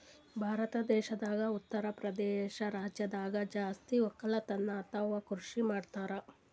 ಭಾರತ್ ದೇಶದಾಗ್ ಉತ್ತರಪ್ರದೇಶ್ ರಾಜ್ಯದಾಗ್ ಜಾಸ್ತಿ ವಕ್ಕಲತನ್ ಅಥವಾ ಕೃಷಿ ಮಾಡ್ತರ್